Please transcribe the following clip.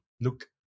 look